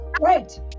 Right